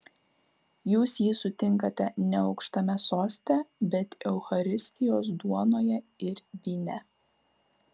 jūs jį susitinkate ne aukštame soste bet eucharistijos duonoje ir vyne